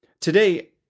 Today